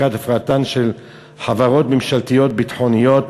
לקראת הפרטתן של חברות ממשלתיות ביטחוניות.